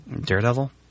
daredevil